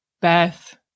Beth